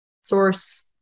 Source